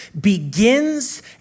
begins